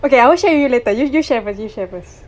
okay I will share you later you you share first